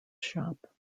shop